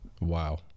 Wow